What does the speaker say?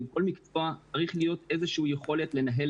בכל מקצוע צריך להיות איזה שהיא יכולת לנהל